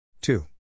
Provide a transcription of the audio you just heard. two